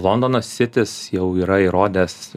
londono sitis jau yra įrodęs